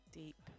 deep